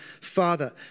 Father